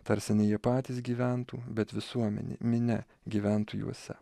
tarsi ne jie patys gyventų bet visuomenė minia gyventų juose